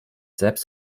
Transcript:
selbst